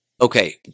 Okay